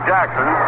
Jackson